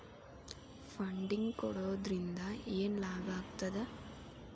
Funding ಕೊಡೊದ್ರಿಂದಾ ಏನ್ ಲಾಭಾಗ್ತದ?